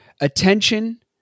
attention